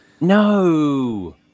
no